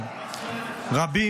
צה"ל,